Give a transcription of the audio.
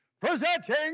Presenting